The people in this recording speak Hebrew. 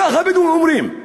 ככה הבדואים אומרים.